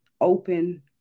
Open